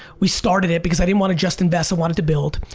we started it because i didn't wanna just invest, i wanted to build,